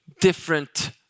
different